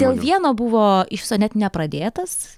dėl vieno buvo iš viso net nepradėtas